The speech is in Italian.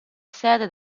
sede